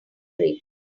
cream